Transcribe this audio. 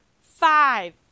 five